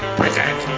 present